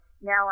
now